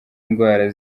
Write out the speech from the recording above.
indwara